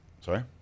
Sorry